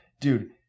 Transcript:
dude